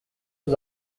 aux